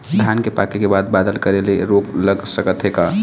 धान पाके के बाद बादल करे ले रोग लग सकथे का?